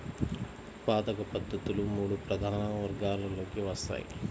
ఉత్పాదక పద్ధతులు మూడు ప్రధాన వర్గాలలోకి వస్తాయి